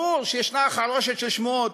ברור שיש חרושת שמועות,